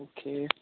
okay